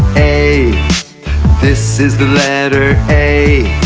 a this is the letter a